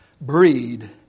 breed